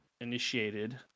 initiated